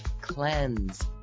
Cleanse